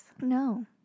No